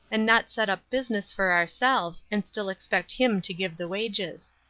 and not set up business for ourselves, and still expect him to give the wages.